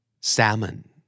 salmon